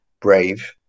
brave